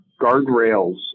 guardrails